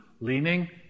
leaning